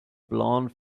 blonde